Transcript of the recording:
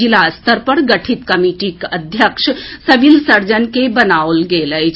जिला स्तर पर गठित कमिटीक अध्यक्ष सिविल सर्जन के बनाओल गेल अछि